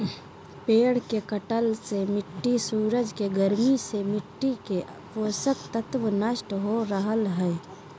पेड़ के कटला से मिट्टी सूरज के गर्मी से मिट्टी के पोषक तत्व नष्ट हो रहल हई